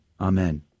Amen